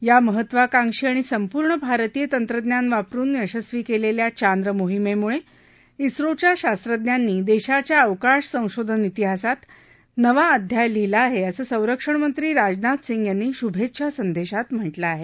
या महत्वाकांक्षी आणि संपूर्ण भारतीय तंत्रज्ञान वापरुन यशस्वी केलेल्या चांद्रमोहिमेमुळे इस्रोच्या शास्त्रज्ञांनी देशाच्या अवकाश संशोधन इतिहासात नवा अध्याय लिहिला आहे असं संरक्षणमंत्री राजनाथ सिंग यांनी शुभेच्छा संदेशात म्हटलं आहे